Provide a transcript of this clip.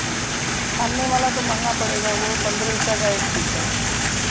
छानने वाला तो महँगा पड़ेगा वो पंद्रह रुपया का एक पीस है